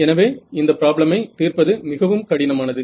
எனவே இந்த ப்ராப்ளமை தீர்ப்பது மிகவும் கடினமானது